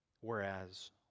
whereas